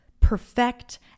perfect